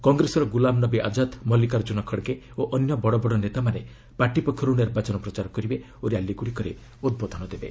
କଂଗ୍ରେସର ଗ୍ରଲାମ୍ ନବୀ ଆଜାଦ୍ ମଲ୍ଲିକାର୍ଜୁନ ଖଡ୍ଗେ ଓ ଅନ୍ୟ ବଡ଼ ବଡ଼ ନେତାମାନେ ପାର୍ଟି ପକ୍ଷରୁ ନିର୍ବାଚନ ପ୍ରଚାର କରିବେ ଓ ର୍ୟାଲିଗୁଡ଼ିକରେ ଉଦ୍ବୋଧନ ଦେବେ